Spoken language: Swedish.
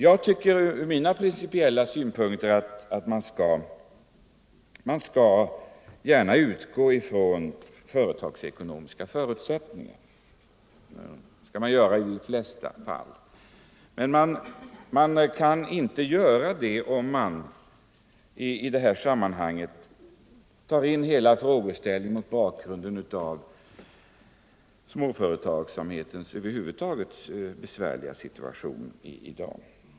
Jag tycker, från mina principiella synpunkter, att man skall utgå från företagsekonomiska förutsättningar — det skall man göra i de flesta fall — men det går inte att göra det om man inte tar in hela frågeställningen mot bakgrund av småföretagsamhetens besvärliga situation i dag.